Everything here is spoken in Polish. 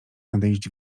nadejść